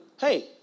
hey